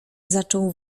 zaczął